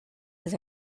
his